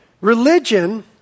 religion